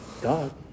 God